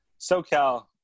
SoCal